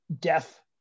death